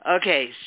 Okay